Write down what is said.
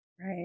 right